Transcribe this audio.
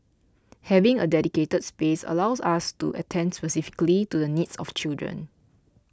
having a dedicated space allows us to attend specifically to the needs of children